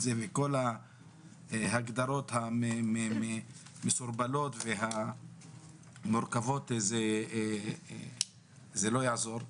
זה וכל ההגדרות המסורבלות והמורכבות זה לא יעזור,